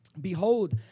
Behold